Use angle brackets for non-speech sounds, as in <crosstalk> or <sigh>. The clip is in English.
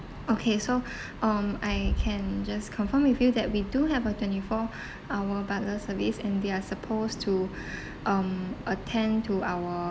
okay so <breath> um I can just confirm with you that we do have a twenty four <breath> hour butler service and they are supposed to <breath> um attend to our